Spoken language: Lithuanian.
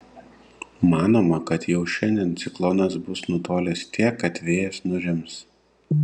manoma kad jau šiandien ciklonas bus nutolęs tiek kad vėjas nurims